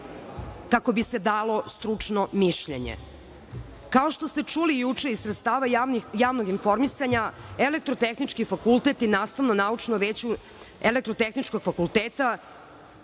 kako bi se dalo stručno mišljenje. Kao što ste čuli juče iz sredstava javnog informisanja, Elektrotehnički fakultet i Nastavno-naučno veće Elektrotehničkog fakulteta